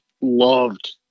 loved